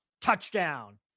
touchdown